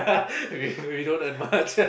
we we don't earn much yeah